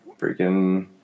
freaking